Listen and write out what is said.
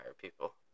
people